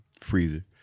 freezer